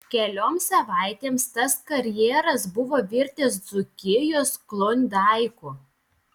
kelioms savaitėms tas karjeras buvo virtęs dzūkijos klondaiku